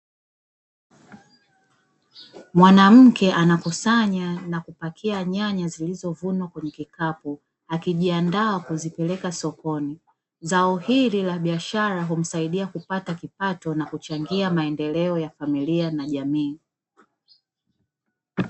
Mwanamke anakusanya na kupakia nyanya zilizovunwa kwenye kikapu, akijiandaa kuzipeleka sokoni, zao hili la biashara humsaidia kupata kipato na kuchangia maendeleo ya familia na jamii.